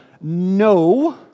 no